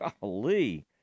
golly